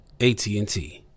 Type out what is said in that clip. AT&T